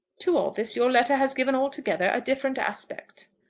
to all this your letter has given altogether a different aspect.